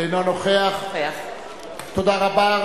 אינו נוכח תודה רבה.